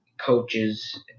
coaches